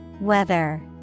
Weather